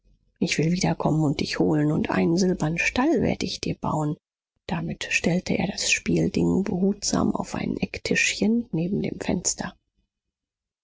ich will wiederkommen und dich holen und einen silbernen stall werd ich dir bauen damit stellte er das spielding behutsam auf ein ecktischchen neben dem fenster